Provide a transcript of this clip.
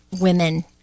women